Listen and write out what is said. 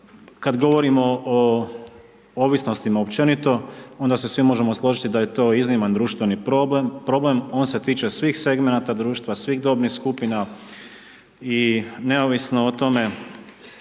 Kad govorimo o ovisnostima općenito, onda se svi možemo složiti da je to izniman društveni problem, on se tiče svih segmenata društva, svih dobnih skupina i neovisno o tome,